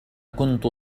كنت